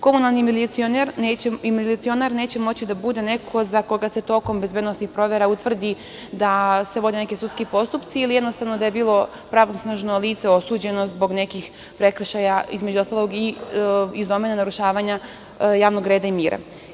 Komunalni milicioner neće moći da bude neko za koga se tokom bezbednosnih provera utvrdi da se vode neki sudski postupci, ili jednostavno, da je bilo pravnosnažno lice osuđeno zbog nekih prekršaja, između ostalog, i iz domena narušavanja javnog reda i mira.